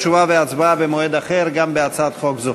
תשובה והצבעה במועד אחר גם בהצעת חוק זו.